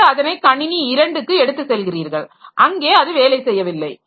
பிறகு அதனை கணினி இரண்டுக்கு எடுத்துச் செல்கிறீர்கள் அங்கே அது வேலை செய்யவில்லை